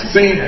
See